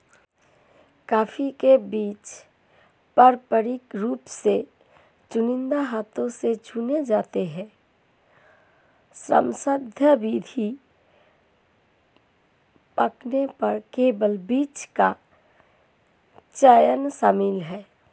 coffee के बीज पारंपरिक रूप से चुनिंदा हाथ से चुने जाते हैं, श्रमसाध्य विधि, पकने पर केवल बीज का चयन शामिल है